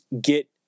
get